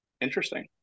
Interesting